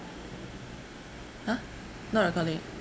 !huh! not recording